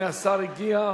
הנה, השר הגיע.